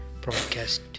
Broadcast